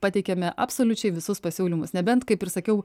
pateikėme absoliučiai visus pasiūlymus nebent kaip ir sakiau